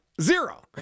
Zero